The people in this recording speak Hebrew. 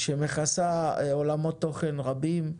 שמכסה עולמות תוכן רבים,